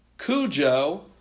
Cujo